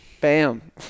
Bam